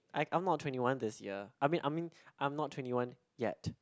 I I'm not twenty one this year I mean I mean I'm not twenty one yet